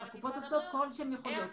הקופות עושות כל מה שהן יכולות.